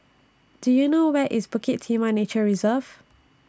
Do YOU know Where IS Bukit Timah Nature Reserve